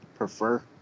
prefer